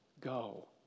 go